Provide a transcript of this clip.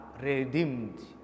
redeemed